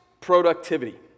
productivity